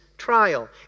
Trial